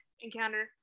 encounter